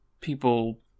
people